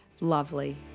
lovely